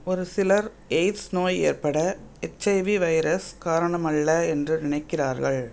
ஒரு சிலர் எய்ட்ஸ் நோய் ஏற்பட எச்ஐவி வைரஸ் காரணமல்ல என்று நினைக்கிறார்கள்